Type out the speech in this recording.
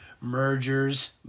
mergers